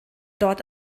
dort